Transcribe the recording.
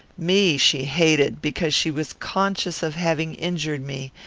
me she hated, because she was conscious of having injured me,